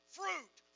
fruit